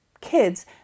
kids